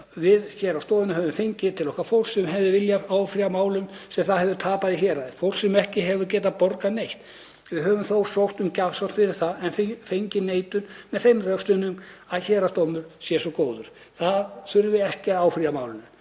„Við hér á stofunni höfum fengið til okkar fólk sem hefur viljað áfrýja málum sem það hefur tapað í í héraði, fólk sem ekki hefur getað borgað neitt. Við höfum þá sótt um gjafsókn fyrir það en fengið neitun með þeim röksemdum að héraðsdómurinn sé svo góður, það þurfi ekki að áfrýja málinu.